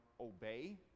obey